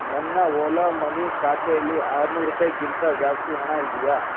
ನನ್ನ ಓಲಾ ಮನಿ ಖಾತೆಯಲ್ಲಿ ಆರ್ನೂರು ರುಪಾಯಿಗಿಂತ ಜಾಸ್ತಿ ಹಣ ಇದೆಯಾ